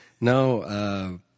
no